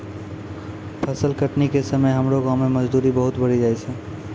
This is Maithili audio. फसल कटनी के समय हमरो गांव मॅ मजदूरी बहुत बढ़ी जाय छै